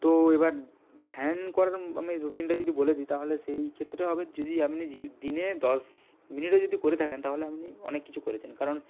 তো এবার ধ্যান করার আমি রুটিনটা যদি বলে দিই তাহলে সেই ক্ষেত্রে হবে যদি আপনি দিনে দশ মিনিটও যদি করে থাকেন তাহলে আপনি অনেক কিছু করেছেন কারণ